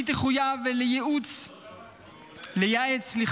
והיא תחויב לייעץ לשר